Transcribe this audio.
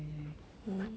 okay let's end